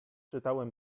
czytałem